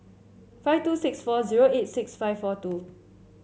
five two six four zero eight six five four two